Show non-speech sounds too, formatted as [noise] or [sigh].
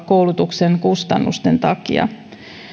[unintelligible] koulutuksen kustannusten takia